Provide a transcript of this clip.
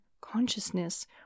consciousness